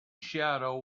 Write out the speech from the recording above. shadow